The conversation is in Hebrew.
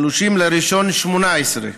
30 בינואר 2018,